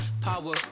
Power